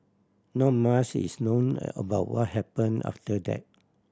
not mush is known about what happen after that